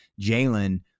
Jalen